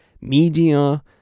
media